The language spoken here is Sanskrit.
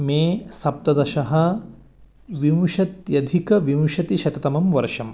मे सप्तदश विंशत्यधिक विंशतिशततमं वर्षम्